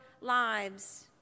lives